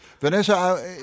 Vanessa